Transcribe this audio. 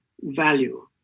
value